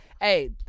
hey